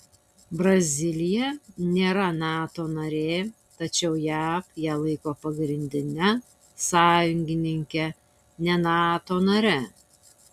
brazilija nėra nato narė tačiau jav ją laiko pagrindine sąjungininke ne nato nare